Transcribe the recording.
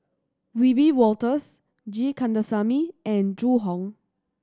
Wiebe Wolters G Kandasamy and Zhu Hong